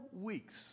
weeks